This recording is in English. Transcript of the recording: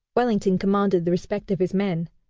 wellington commanded the respect of his men,